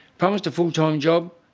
promised a full-time job.